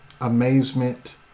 amazement